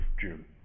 June